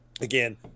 again